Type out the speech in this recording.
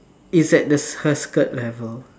is at the her skirt level